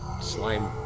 slime